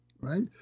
right